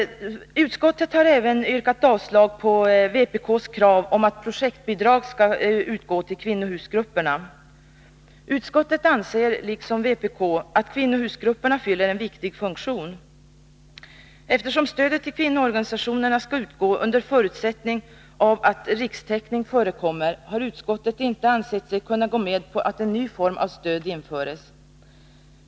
Utskottet har även yrkat avslag på vpk:s krav om att projektbidrag skall Nr 163 utgå till kvinnohusgrupperna. Utskottet anser liksom vpk att kvinnohusgrup Onsdagen den perna fyller en viktig funktion. Eftersom stödet till kvinnoorganisationerna 2 juni 1982 skall utgå under förutsättning att rikstäckning förekommer, har utskottet inte ansett sig kunna gå med på att en ny form av stöd införs.